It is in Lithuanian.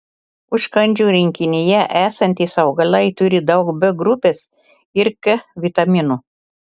užkandžių rinkinyje esantys augalai turi daug b grupės ir k vitaminų